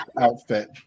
outfit